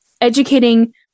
educating